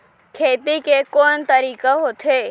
खेती के कोन कोन तरीका होथे?